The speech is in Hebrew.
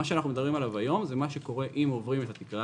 היום אנחנו מדברים על מה שקורה אם עוברים את התקרה